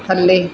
ਥੱਲੇ